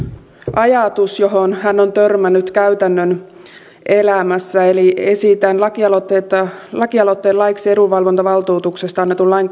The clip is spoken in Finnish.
ajatus johon hän on törmännyt käytännön elämässä esitän lakialoitteen laiksi edunvalvontavaltuutuksesta annetun lain